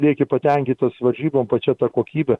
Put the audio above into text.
lieki patenkintas varžybom pačia ta kokybe